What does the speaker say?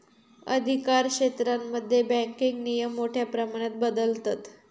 अधिकारक्षेत्रांमध्ये बँकिंग नियम मोठ्या प्रमाणात बदलतत